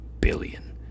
billion